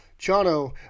Chano